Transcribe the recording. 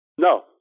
No